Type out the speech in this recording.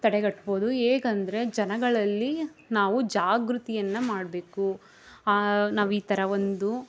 ತಡೆಗಟ್ಬೋದು ಹೇಗಂದ್ರೆ ಜನಗಳಲ್ಲಿ ನಾವು ಜಾಗೃತಿಯನ್ನು ಮಾಡಬೇಕು ಆ ನಾವೀಥರ ಒಂದು